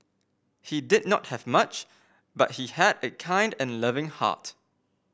he did not have much but he had a kind and loving heart